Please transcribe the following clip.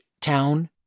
town